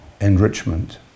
enrichment